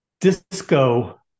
Disco